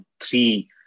three